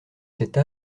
cette